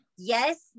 Yes